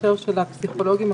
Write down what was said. משרד המשפטים והמשטרה,